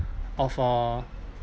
of uh